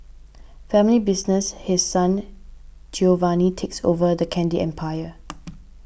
family business His Son Giovanni takes over the candy empire